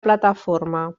plataforma